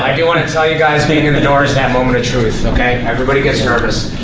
um do want to tell you guys, being in the door is that moment of truth, ok? everybody gets nervous.